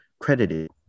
credited